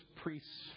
priest's